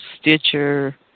Stitcher